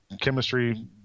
chemistry –